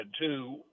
two